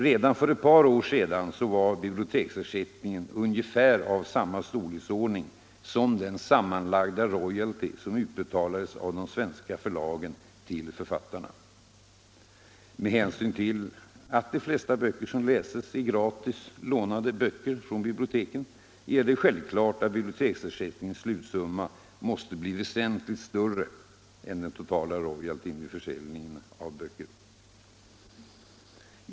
Redan för ett par år sedan var biblioteksersättningen av ungefär samma storleksordning som den sammanlagda royalty som utbetalades av de svenska förlagen till författarna. Med hänsyn till att de flesta böcker som läses är gratis lånade böcker från biblioteken är det självklart att biblioteksersättningens slutsumma måste bli väsentligt större än den totala royaltyn vid försäljningen av böcker.